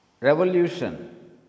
Revolution